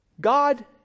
God